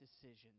decisions